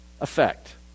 effect